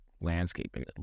landscaping